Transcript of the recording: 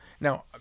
Now